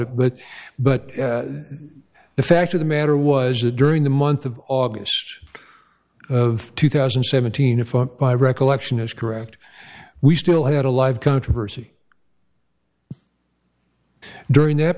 it but but the fact of the matter was that during the month of august of two thousand and seventeen if up by recollection is correct we still had a live controversy during that